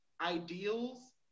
ideals